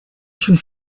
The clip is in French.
joue